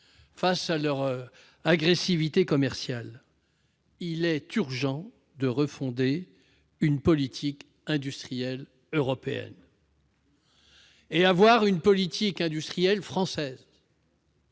face à leur agressivité commerciale, il est urgent de refonder une politique industrielle européenne et de mettre en place une politique industrielle française,